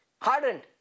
hardened